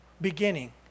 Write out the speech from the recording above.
beginning